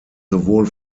sowohl